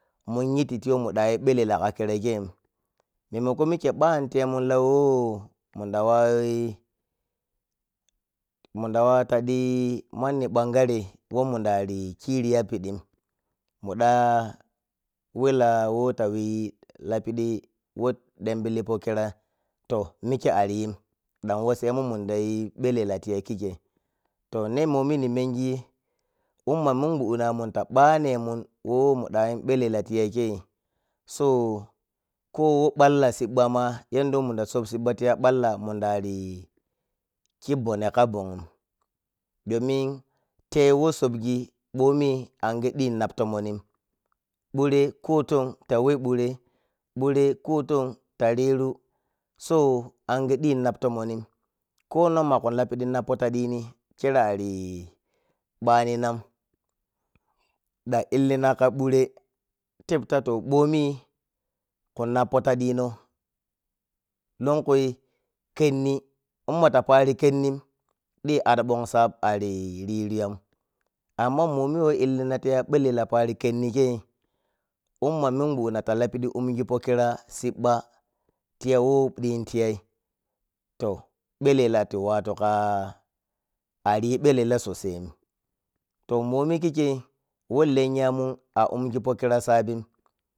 Mun yititti muɗa yi ɓelala kakira ken memakon mike ɓantemun la whe munda wawu munda wawu taɗi manni bangarei whe mundari kiri yapidin muda whe la whetawi lapidi who dambili pokira to mike ariyin ɗan wasse. mun mudayi ɓelela tiya kikkei toh ne moni ni mengi umma munguɗɗinamun ta banemun who munɗayi ɓelela ti yau kei so ko whe ɓalla siɓɓama gondo mmunda sup siɓɓa tiya ɓalla munɗari khi bonne kabunhi domin tei whei subgi bhomin ange ɗhi nop tomonni ɓure ko tong ta weh ɓure, ɓure to tong ta riru so ange ɗhi nap tomonni ko non mago nappidi taɗini khere ari ɓaninan ɗan illina ka bure tepta toh mɓomi khu nappo taɗino loonkui khenni ummata pari khennikei umma munguɗɗina ta lapdi ummugi pokira siɓɓa tiyawo ɗhim tiyay toh ɓelela tuwatu ka ariyi ɓelela sosai’m toh moni kikkei who lenyamun a umgi pokira a saɓin.